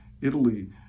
Italy